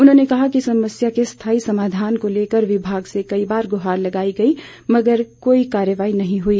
उन्होंने कहा कि समस्या के स्थाई समाधान को लेकर विभाग से कई बार गुहार लगाई गई मगर कोई कार्रवाई नहीं हुई